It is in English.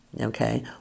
Okay